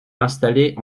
installés